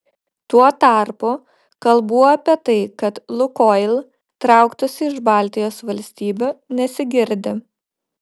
tuo tarpu kalbų apie tai kad lukoil trauktųsi iš baltijos valstybių nesigirdi